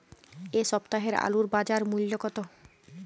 এ সপ্তাহের আলুর বাজার মূল্য কত?